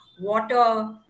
water